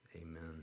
amen